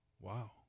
wow